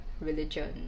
religion